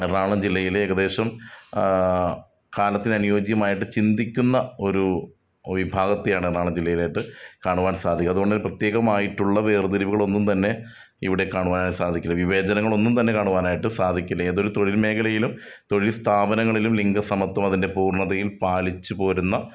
എറണാകുളം ജില്ലയിൽ ഏകദേശം കാലത്തിന് അനുയോജ്യമായിട്ട് ചിന്തിക്കുന്ന ഒരു വിഭാഗത്തെയാണ് എറണാകുളം ജില്ലയിലായിട്ട് കാണുവാൻ സാധിക്കും അതുകൊണ്ട് പ്രത്യേകമായിട്ടുള്ള വേർതിരിവുകളൊന്നും തന്നെ ഇവിടെ കാണുവാനായി സാധിക്കില്ല വിവേചനങ്ങളൊന്നും തന്നെ കാണുവാനായിട്ട് സാധിക്കില്ല ഏതൊരു തൊഴിൽ മേഖലയിലും തൊഴിൽ സ്ഥാപനങ്ങളിലും ലിംഗ സമത്വം അതിൻ്റെ പൂർണ്ണതയിൽ പാലിച്ചു പോരുന്ന